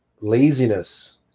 laziness